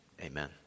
amen